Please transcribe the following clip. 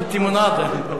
אִנתי מונאדי.